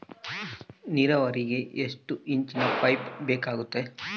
ನೇರಾವರಿಗೆ ಎಷ್ಟು ಇಂಚಿನ ಪೈಪ್ ಬೇಕಾಗುತ್ತದೆ?